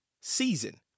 season